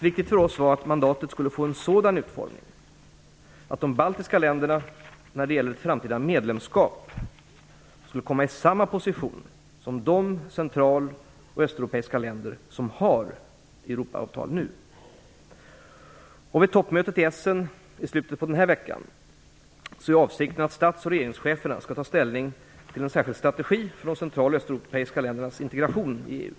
Viktigt för oss var att mandatet skulle få en sådan utformning att de baltiska länderna när det gäller ett framtida medlemskap skulle komma i samma position som de central och östeuropeiska länder som har Europaavtal nu. Vid toppmötet i Essen i slutet av denna vecka är avsikten att stats och regeringscheferna skall ta ställning till en särskild strategi för de central och östeuropeiska ländernas integration i EU.